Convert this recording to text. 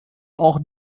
auch